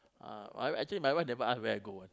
ah actually my wife never ask where I go one